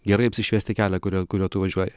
gerai apsišviesti kelią kuriuo kuriuo tu važiuoji